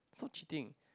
stop cheating